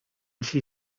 she